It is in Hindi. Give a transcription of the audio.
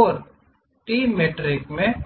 और ट्रिमेट्रिक में हम